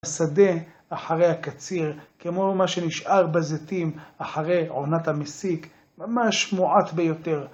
השדה אחרי הקציר, כמו מה שנשאר בזתים אחרי עונת המסיק, ממש מועט ביותר.